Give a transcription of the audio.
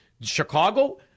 Chicago